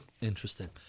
Interesting